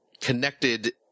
connected